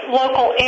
local